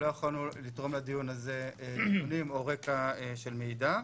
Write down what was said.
לא יכולנו לתרום לדיון הזה נתונים או רקע של מידע.